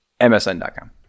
msn.com